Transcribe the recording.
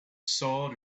sword